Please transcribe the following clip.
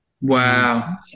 Wow